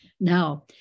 now